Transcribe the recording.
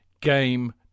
game